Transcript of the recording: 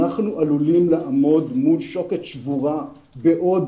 אנחנו עלולים לעמוד מול שוקת שבורה בעוד